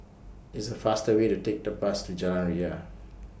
It's faster Way to Take The Bus to Jalan Ria